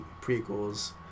prequels